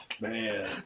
Man